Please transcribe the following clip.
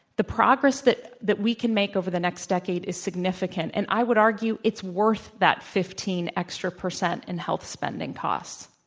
the progress that that we can make over the next decade is significant, and i would argue, it's worth that fifteen extra percent in health spending costs.